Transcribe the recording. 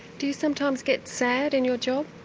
do you sometimes get sad in your job?